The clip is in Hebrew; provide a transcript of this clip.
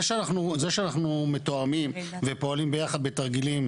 זה שאנחנו מתואמים ופועלים ביחד בתרגילים,